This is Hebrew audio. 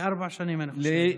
לארבע שנים, אני חושב.